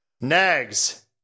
Nags